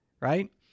right